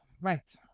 Right